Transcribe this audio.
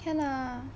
天啊